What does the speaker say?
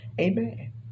Amen